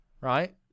right